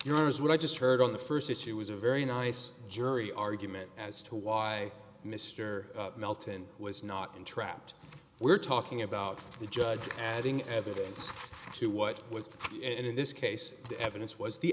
yours what i just heard on the first issue was a very nice jury argument as to why mr melton was not entrapped we're talking about the judge adding as to what was in this case the evidence was the